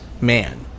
man